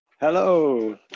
Hello